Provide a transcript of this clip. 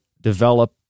develop